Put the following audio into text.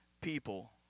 people